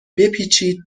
بپیچید